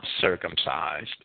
circumcised